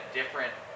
different